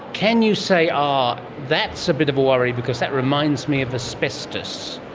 can you say um that's a bit of a worry because that reminds me of asbestos?